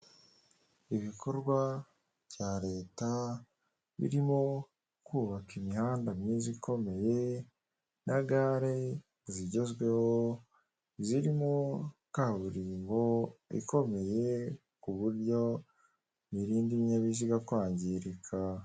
Ibikorwa bya leta birimo kubaka imihanda myiza ikomeye na gare zigezweho zirimo kaburimbo ikomeye ku buryo birinda ibinyabiziga kwangirika.